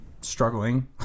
struggling